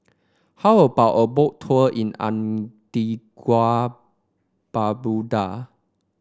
how about a Boat Tour in Antigua Barbuda